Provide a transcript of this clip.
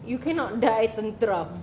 you cannot die tenteram